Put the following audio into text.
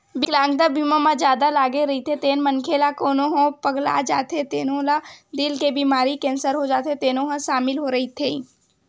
बिकलांगता बीमा म जादा लागे रहिथे तेन मनखे ला कोनो ह पगला जाथे तेनो ला दिल के बेमारी, केंसर हो जाथे तेनो ह सामिल रहिथे